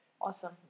Awesome